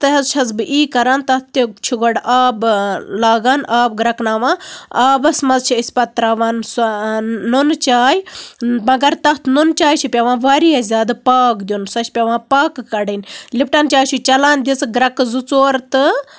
تہِ حظ چھَس بہٕ یی کران تَتھ تہِ چھُ گۄڈٕ آب لاگان آب گرٮ۪کناوان آبَس منٛز چھِ أسۍ پَتہٕ تراوان سۄ نُنہٕ چاے مَگر تَتھ نُنہٕ چایہِ چھُ پیوان واریاہ زیادٕ پاکھ دیُن سۄ چھےٚ پیوان پَاکہٕ کَڑٕنۍ لِپٹَن چاے چھِ چلان دِژٕ گرٮ۪کہٕ زٕ ژور تہٕ